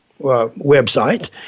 website